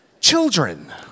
children